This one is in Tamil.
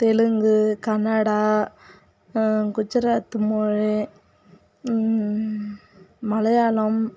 தெலுங்கு கன்னடா குஜராத்து மொழி மலையாளம்